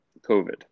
COVID